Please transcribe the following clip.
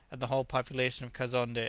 and the whole population of kazonnde,